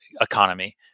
economy